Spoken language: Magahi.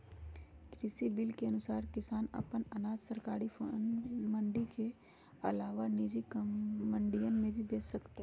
कृषि बिल के अनुसार किसान अपन अनाज सरकारी मंडी के अलावा निजी मंडियन में भी बेच सकतय